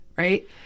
Right